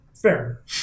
Fair